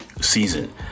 season